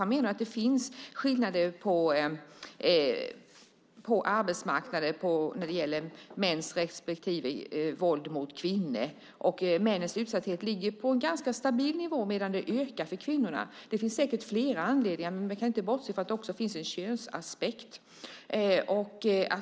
Han menar att det finns skillnader på arbetsmarknaden när det gäller mäns våld mot kvinnor. Männens utsatthet ligger på en ganska stabil nivå medan den ökar för kvinnorna. Det finns säkert flera anledningar, men vi kan inte bortse från att det också finns en könsaspekt.